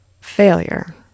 Failure